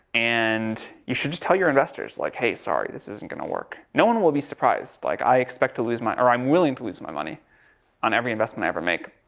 and you should just tell your investors. like, hey, sorry, this isn't going to work. no one will be surprised. like, i expect to lose my, or i'm willing to lose my money on every investment i ever make.